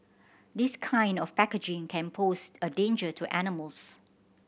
this kind of packaging can pose a danger to animals